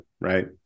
Right